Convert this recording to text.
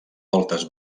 voltes